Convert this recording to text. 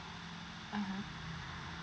(uh huh)